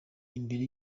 imbere